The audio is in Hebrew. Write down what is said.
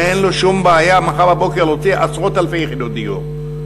אין לו שום בעיה מחר בבוקר להוציא עשרות אלפי יחידות דיור.